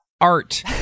art